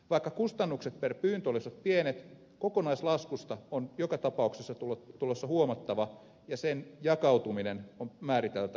vaikka kustannukset per pyyntö olisivat pienet kokonaislaskusta on joka tapauksessa tulossa huomattava ja sen jakautuminen on määriteltävä täällä